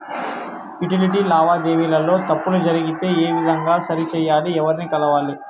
Utility లావాదేవీల లో తప్పులు జరిగితే ఏ విధంగా సరిచెయ్యాలి? ఎవర్ని కలవాలి?